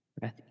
Breath